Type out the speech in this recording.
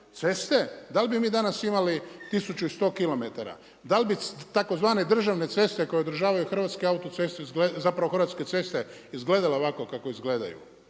ceste, da li bi mi danas imali 1100 kilometara? Da li bi tzv. državne ceste koje odražavaju Hrvatske autoceste, zapravo Hrvatske ceste, izgledale ovako kao izgledaju?